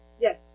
Yes